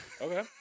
Okay